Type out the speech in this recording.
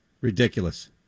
Ridiculous